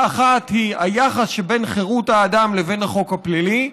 אחת היא היחס שבין חירות האדם לבין החוק הפלילי,